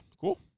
cool